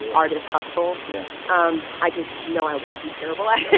yeah artist hustle yeah um i just know i would be terrible at it